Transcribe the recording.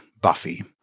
Buffy